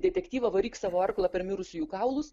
detektyvą varyk savo arklą per mirusiųjų kaulus